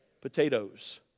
Potatoes